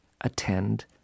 attend